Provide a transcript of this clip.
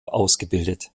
ausgebildet